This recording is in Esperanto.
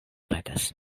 petas